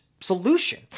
solution